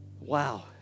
Wow